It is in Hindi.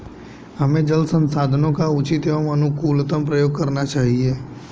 हमें जल संसाधनों का उचित एवं अनुकूलतम प्रयोग करना चाहिए